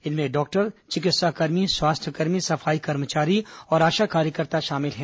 इनमें डॉक्टर चिकित्साकर्मी स्वास्थ्यकर्मी सफाई कर्मचारी और आशा कार्यकर्ता शामिल हैं